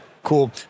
Cool